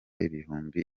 ibihumbi